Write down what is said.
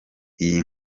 iyi